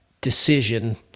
decision